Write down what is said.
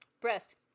breast